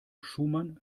schumann